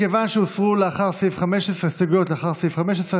מכיוון שהוסרו ההסתייגויות לאחר סעיף 15,